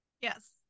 Yes